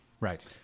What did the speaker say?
Right